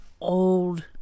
old